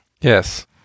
Yes